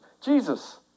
Jesus